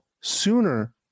sooner